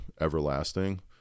everlasting